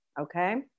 okay